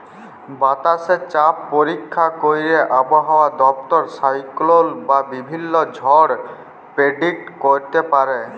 বাতাসে চাপ পরীক্ষা ক্যইরে আবহাওয়া দপ্তর সাইক্লল বা বিভিল্ল্য ঝড় পের্ডিক্ট ক্যইরতে পারে